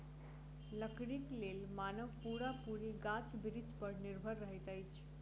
लकड़ीक लेल मानव पूरा पूरी गाछ बिरिछ पर निर्भर रहैत अछि